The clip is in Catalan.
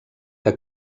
que